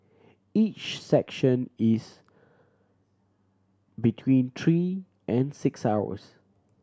each section is between three and six hours